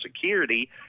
Security